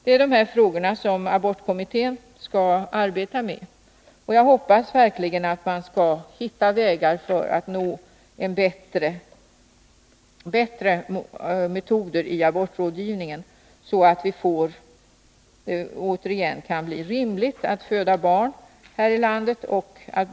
Det är de här frågorna som abortkommittén skall arbeta med, och jag hoppas verkligen att den skall hitta vägar för att nå bättre metoder i abortrådgivningen, så att det återigen kan bli rimligt att föda barn här i landet.